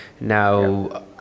Now